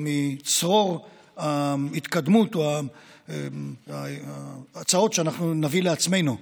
מצרור ההתקדמות או ההצעות שנביא לעצמנו,